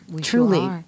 Truly